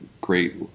great